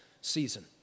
season